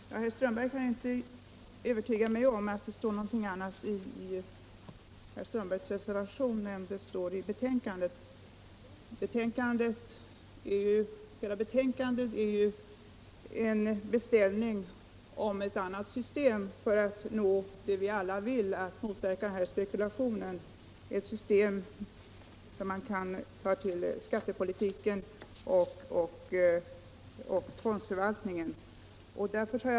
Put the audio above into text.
Herr talman! Herr Strömberg i Botkyrka kan inte övertyga mig om att det står någonting annat i hans reservation än i betänkandet. Hela betänkandet är ju en beställning av ett annat system för att vi skall nå det vi alla vill nå: att motverka spekulation i hyresfastigheter och få nya regler i skattelagstiftningen och strängare tvångsförvaltning.